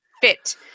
fit